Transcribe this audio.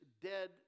dead